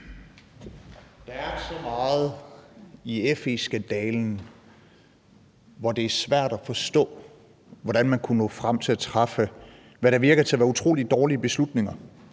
Der er så meget i FE-skandalen, som er svært at forstå. Det er svært at forstå, hvordan man kunne nå frem til at træffe, hvad der lader til at være utrolig dårlige beslutninger.